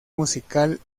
musical